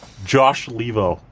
josh leivo.